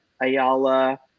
Ayala